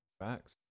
Facts